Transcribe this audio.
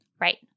Right